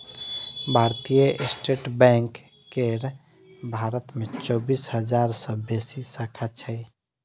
भारतीय State Bank केर भारत मे चौबीस हजार सं बेसी शाखा छै